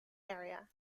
area